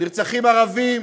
ונרצחים ערבים,